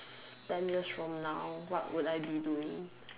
ten years from now what would I be doing